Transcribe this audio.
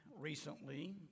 recently